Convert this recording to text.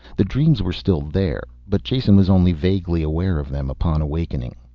the dreams were still there, but jason was only vaguely aware of them upon awakening.